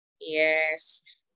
Yes